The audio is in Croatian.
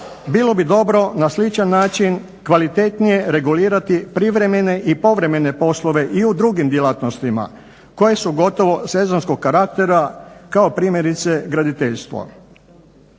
bilo bi dobro na sličan način kvalitetnije regulirati privremene i povremene poslove i u drugim djelatnostima koje su gotovo sezonskog karaktera, kao primjerice graditeljstvo.